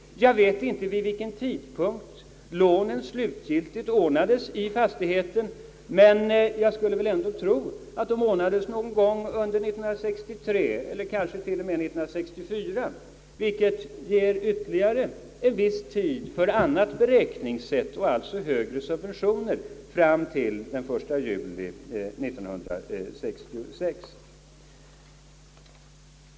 Jag vet inte vid vilken tidpunkt fastighetens lån slutgiltigt ordnades, men skulle ändå tro att de ordnades någon gång under 1963 eller kanske t.o.m. 1964, vilket ger ytterligare en viss tid för annat beräkningssätt och alltså högre subventioner fram till den 1 juli 1966.